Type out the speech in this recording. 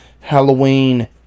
Halloween